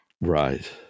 Right